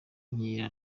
inkera